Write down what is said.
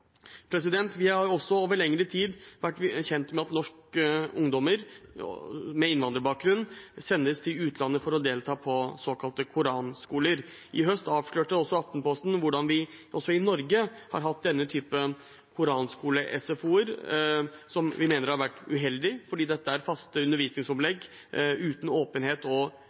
Vi har også over lengre tid vært kjent med at norske ungdommer med innvandrerbakgrunn sendes til utlandet for å delta på såkalte koranskoler. I høst avslørte Aftenposten hvordan vi også i Norge har hatt denne typen koran-SFO-er, som vi mener har vært uheldig fordi dette er faste undervisningsopplegg, uten åpenhet og